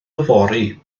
yfory